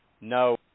No